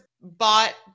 bought